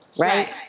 right